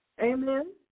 Amen